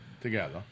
together